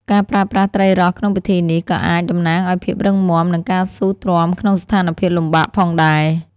ការប្រើប្រាស់ត្រីរ៉ស់ក្នុងពិធីនេះ ក៏អាចតំណាងឱ្យភាពរឹងមាំ និងការស៊ូទ្រាំក្នុងស្ថានភាពលំបាកផងដែរ។